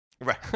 Right